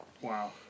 Wow